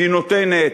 והיא נותנת.